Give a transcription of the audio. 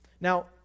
Now